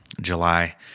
July